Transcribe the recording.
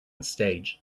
stage